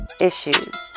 issues